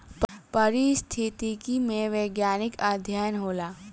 पारिस्थितिकी में वैज्ञानिक अध्ययन होला